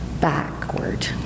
backward